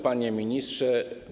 Panie Ministrze!